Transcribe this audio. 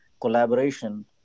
collaboration